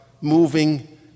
moving